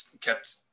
kept